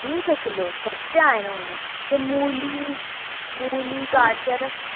बीह् रुपये किलो न सस्ते आए न हून मूली मूली गाजर